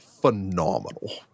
phenomenal